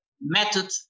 method